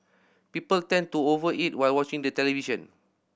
people tend to over eat while watching the television